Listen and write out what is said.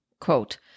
quote